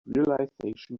realization